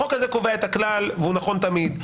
החוק הזה קובע את הכלל והוא נכון תמיד.